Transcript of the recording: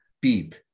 beep